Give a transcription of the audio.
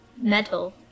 metal